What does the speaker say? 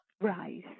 Rise